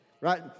right